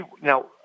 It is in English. Now